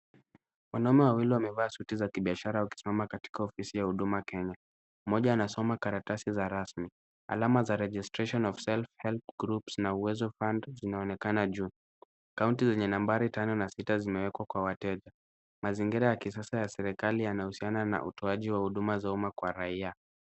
Wanaume wawili wamevaa suti za kibiashara wakisimama katika ofisi ya Huduma Kenya. Mmoja anasoma karatasi za rasmi. Alama za Registration Of Self-Help Groups na Uwezo Fund zinaonekana juu. Kaunti zenye nambari tano na sita zimewekwa kwa wateja. Mazingira ya kisasa ya serikali yanahusiana na utoaji wa huduma za uma kwa raia.